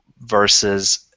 versus